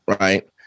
right